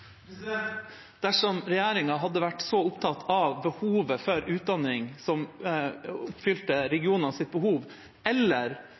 Dersom regjeringa hadde vært så opptatt av behovet for utdanning som oppfylte regionenes behov, eller